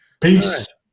Peace